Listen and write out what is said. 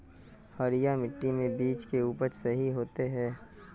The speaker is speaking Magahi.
हरिया मिट्टी में बीज के उपज सही होते है?